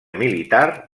militar